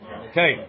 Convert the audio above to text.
Okay